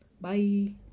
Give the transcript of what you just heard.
Bye